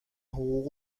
حقوق